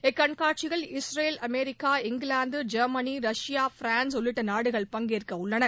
இக்கண்காட்சியில் Israel America England Germany Russia France உள்ளிட்ட நாடுகள் பங்கேற்கவுள்ளன